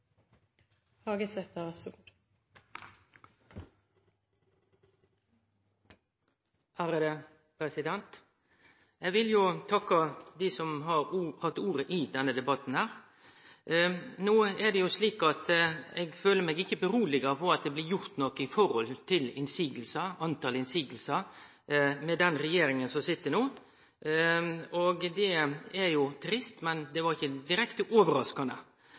denne debatten. No er det jo slik at eg føler meg ikkje trygg på at det blir gjort noko med omsyn til talet på motsegner med den regjeringa som sit no. Det er jo trist, men det var ikkje direkte overraskande.